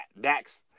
dax